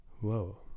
Whoa